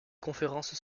conférences